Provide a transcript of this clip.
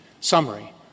summary